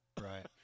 right